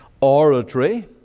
oratory